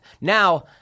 Now